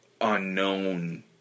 unknown